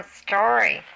story